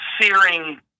searing